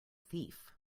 thief